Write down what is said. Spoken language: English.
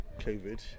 covid